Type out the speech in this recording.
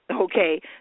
okay